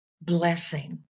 blessing